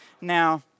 Now